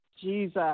Jesus